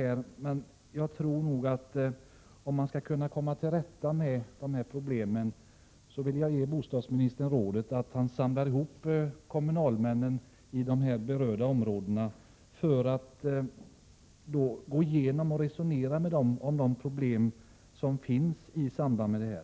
När det gäller att komma till rätta med dessa problem vill jag dock ge bostadsministern rådet att samla ihop kommunalmännen i de berörda områdena för att gå igenom och resonera med dem om de problem som finns i samband med